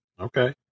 Okay